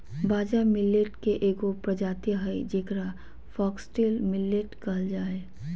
बाजरा मिलेट के एगो प्रजाति हइ जेकरा फॉक्सटेल मिलेट कहल जा हइ